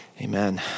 amen